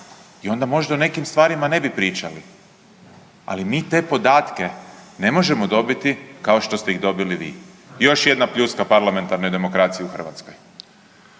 I onda možda o nekim stvarima ne bi pričali. Ali mi te podatke ne možemo dobiti kao što ste ih dobili vi. Još jedna pljuska parlamentarnoj demokraciji u Hrvatskoj.